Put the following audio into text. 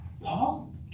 Paul